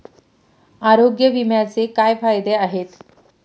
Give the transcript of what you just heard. आरोग्य विम्याचे काय फायदे आहेत?